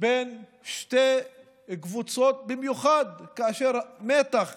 בין שתי קבוצות, במיוחד כאשר מתח